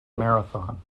marathon